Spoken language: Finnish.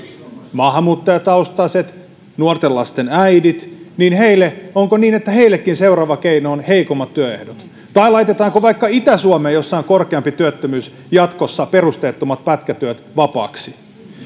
maahanmuuttajataustaiset nuorten lasten äidit niin onko niin että heillekin seuraava keino on heikommat työehdot tai laitetaanko vaikka itä suomeen jossa on korkeampi työttömyys jatkossa perusteettomat pätkätyöt vapaiksi